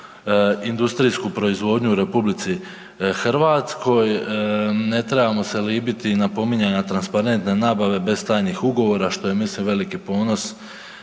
industrijsku proizvodnju u Republici Hrvatskoj, ne trebamo se libiti napominjanja transparentne nabave bez tajnih ugovora što je mislim veliki ponos